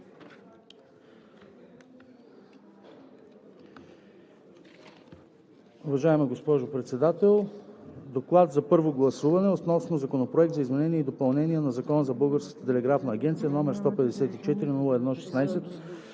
Уважаема госпожо Председател! „ДОКЛАД за първо гласуване относно Законопроект за изменение и допълнение на Закона за Българската телеграфна агенция, № 154-01-16,